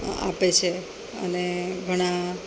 આપે છે અને ઘણાં